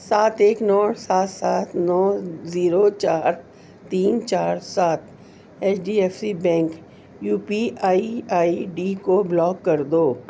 سات ایک نو سات سات نو زیرو چار تین چار سات H D F C bank U P I I D کو بلاک کر دو